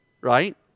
right